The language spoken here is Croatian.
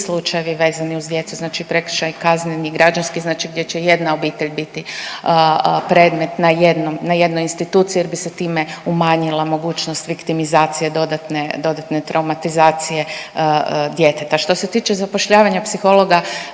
slučajevi vezani uz djecu, znači prekršaji kazneni, građanski znači gdje će jedna obitelj biti predmet na jednoj instituciji jer bi se time umanjila mogućnost viktimizacije dodatne traumatizacije djeteta. Što se tiče zapošljavanja psihologa